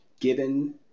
given